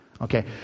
okay